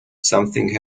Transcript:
something